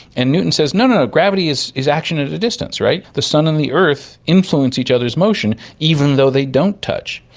and newton says no, no, gravity is is action at a distance. the sun and the earth influence each other's motion, even though they don't touch.